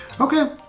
Okay